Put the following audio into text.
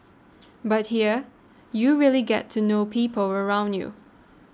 but here you really get to know people around you